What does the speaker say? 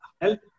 help